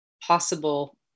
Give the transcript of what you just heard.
possible